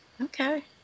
Okay